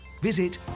Visit